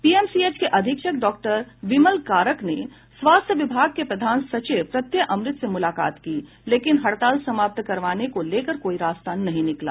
PMCH के अधीक्षक doctor Vimal Karak ने स्वास्थ्य विभाग के प्रधान सचिव प्रत्यय अमृत से मुलाकात की लेकिन हड़ताल समाप्त करवाने को लेकर कोई रास्ता नहीं निकला